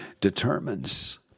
determines